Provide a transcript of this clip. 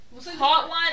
Hotline